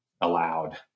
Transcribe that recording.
allowed